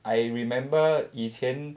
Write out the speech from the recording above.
I remember 以前